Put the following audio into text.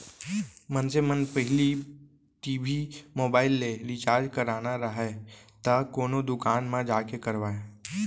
मनसे मन पहिली टी.भी, मोबाइल के रिचार्ज कराना राहय त कोनो दुकान म जाके करवाय